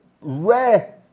rare